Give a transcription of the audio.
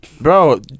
Bro